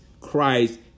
Christ